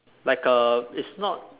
like err it's not